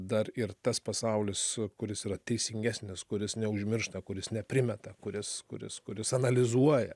dar ir tas pasaulis kuris yra teisingesnis kuris neužmiršta kuris neprimeta kuris kuris kuris analizuoja